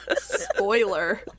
Spoiler